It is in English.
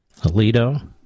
Alito